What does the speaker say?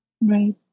Right